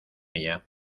ella